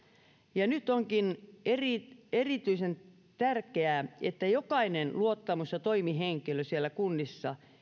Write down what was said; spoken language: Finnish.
ja nyt onkin erityisen tärkeää että jokainen luottamus ja toimihenkilö siellä kunnissa